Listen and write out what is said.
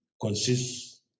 consists